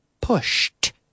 pushed